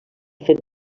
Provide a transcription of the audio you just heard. fet